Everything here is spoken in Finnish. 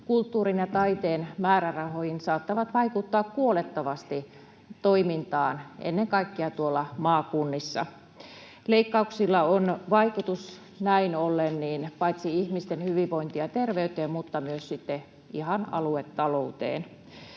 kulttuurin ja taiteen määrärahoihin saattavat vaikuttaa kuolettavasti toimintaan ennen kaikkea tuolla maakunnissa. Leikkauksilla on vaikutus näin ollen paitsi ihmisten hyvinvointiin ja terveyteen myös sitten ihan aluetalouteen.